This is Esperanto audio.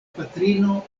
patrino